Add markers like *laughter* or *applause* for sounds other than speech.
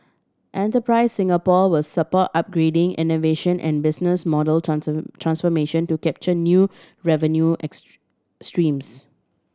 Enterprise Singapore will support upgrading innovation and business model *unintelligible* transformation to capture new revenue *unintelligible* streams